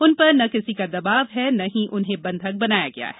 उन पर न किसी का दबाव है और न ही उन्हें बंधक बनाया गया है